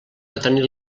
retenir